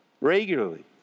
regularly